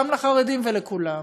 גם לחרדים ולכולם,